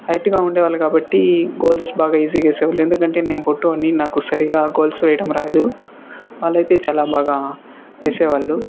హైట్గా ఉండేవాళ్ళు కాబట్టి గోల్స్ బాగా ఈజీగా వేసేవాళ్ళు ఎందుకంటే నేను పొట్టి వాన్ని నాకు సరిగా గోల్స్ వేయటం రాదు వాళ్ళయితే చాలా బాగా వేసేవాళ్ళు